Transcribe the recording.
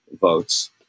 votes